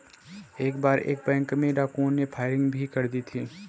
एक बार एक बैंक में डाकुओं ने फायरिंग भी कर दी थी